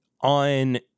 on